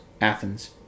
Athens